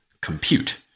compute